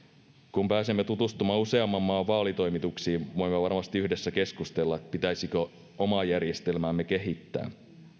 kun pääsemme tutustumaan useamman maan vaalitoimituksiin voimme varmasti yhdessä keskustella siitä pitäisikö omaa järjestelmäämme kehittää